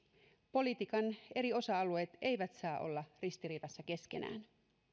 politiikan eri osa alueet eivät saa olla ristiriidassa keskenään